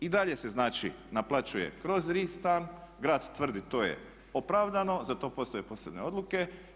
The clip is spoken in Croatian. I dalje se, znači naplaćuje kroz, … grad tvrdi to je opravdano, za to postoje posebne odluke.